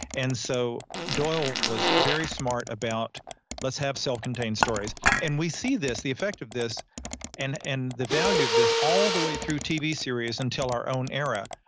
and so, doyle was very smart about let's have self-contained stories and we see this, the effect of this and and the value of this all the way through tv series until our own era.